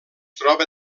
troba